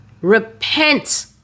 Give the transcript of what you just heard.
Repent